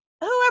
Whoever